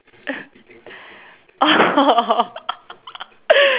oh